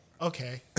Okay